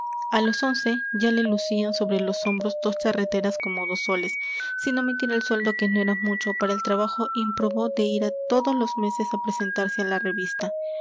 a los once ya le lucían sobre los hombros dos charreteras como dos soles sin omitir el sueldo que no era mucho para el trabajo ímprobo de ir todos los meses a presentarse a la revista